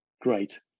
great